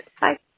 Bye